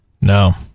No